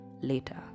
later